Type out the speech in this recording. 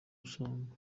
usanga